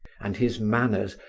and his manners,